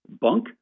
bunk